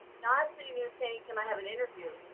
not sitting there saying can i have an interview,